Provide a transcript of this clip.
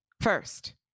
first